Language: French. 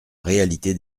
réalité